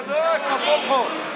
בוודאי, כמו כל חוק.